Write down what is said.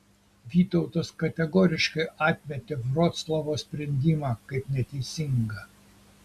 vytautas kategoriškai atmetė vroclavo sprendimą kaip neteisingą